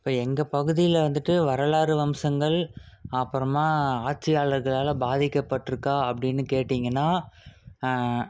இப்போ எங்கள் பகுதியில் வந்துட்டு வரலாறு வம்சங்கள் அப்புறமா ஆட்சி ஆளர்களால் பாதிக்கப்பட்ருக்கா அப்படின்னு கேட்டீங்கன்னா